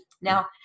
Now